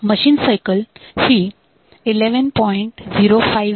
machine cycle ही 11